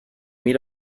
meet